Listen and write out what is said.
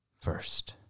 first